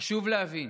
חשוב להבין